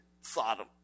Sodom